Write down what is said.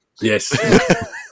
Yes